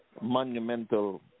monumental